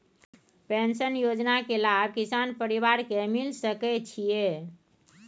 Pension योजना के लाभ किसान परिवार के मिल सके छिए?